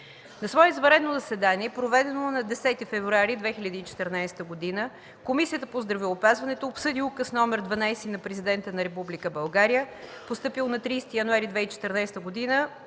На свое извънредно заседание, проведено на 10 февруари 2014 г., Комисията по здравеопазването обсъди Указ № 12 на Президента на Република България, постъпил на 30 януари 2014 г.,